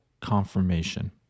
confirmation